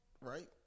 right